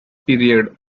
period